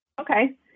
Okay